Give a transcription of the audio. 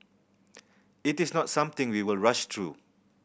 it is not something we will rush through